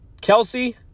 Kelsey